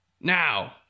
Now